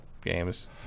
games